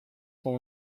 con